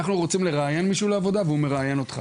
אנחנו מכירים את הבעיות ואנחנו באמת בקשר רציף.